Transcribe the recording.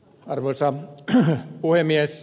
arvoisa puhemies